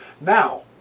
Now